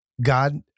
God